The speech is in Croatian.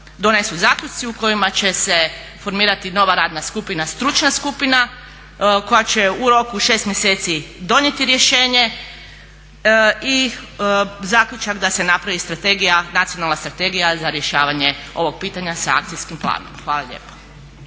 donesu zaključci u kojima će se formirati nova radna skupina, stručna skupina koja će u roku 6 mjeseci donijeti rješenje i zaključak da se napravi strategija, nacionalna strategija za rješavanje ovog pitanja sa akcijskim planom. Hvala lijepa.